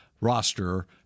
roster –